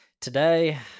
today